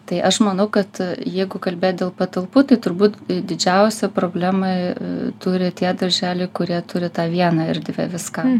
tai aš manau kad jeigu kalbėt dėl patalpų tai turbūt didžiausią problemą turi tie darželiai kurie turi tą vieną erdvę viskam